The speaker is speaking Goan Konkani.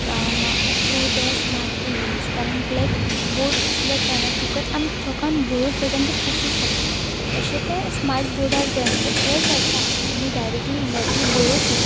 थ्रू द स्मार्ट टिवीझ कारण ब्लॅक बोर्ड आसल्या कारणान फकत आमी चॉकान बरोवंक शकता आनी तें पुसूंक शकता तशें ते स्मार्ट बोर्डार जायना तशेंय जाता आमी डायरॅक्टली इंडायरॅक्टली बरोंवंक शकता